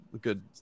good